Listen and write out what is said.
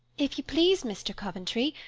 if you please, mr. coventry,